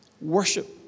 worship